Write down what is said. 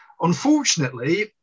Unfortunately